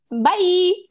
Bye